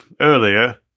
earlier